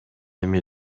эми